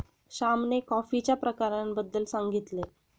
श्यामने कॉफीच्या प्रकारांबद्दल सांगितले